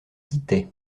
guittet